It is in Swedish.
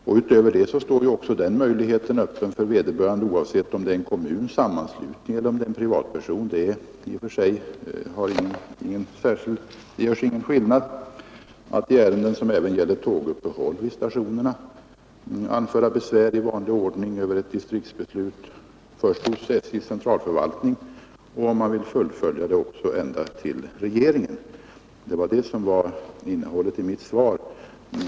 Därutöver står den möjligheten öppen för vederbörande — oavsett om det är en kommun, en sammanslutning eller en privatperson, — det gör ingen skillnad - att även i ärenden som gäller tåguppehåll vid stationerna anföra besvär i vanlig ordning över ett distriktsbeslut först hos SJ:s centralförvaltning och, om man vill fullfölja det, ända upp till regeringen. Det var det som var innehållet i mitt svar.